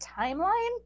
timeline